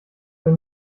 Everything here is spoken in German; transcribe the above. wenn